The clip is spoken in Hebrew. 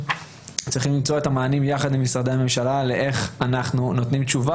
צריכים למצוא את המענה יחד עם משרדי הממשלה איך אנחנו נותנים תשובה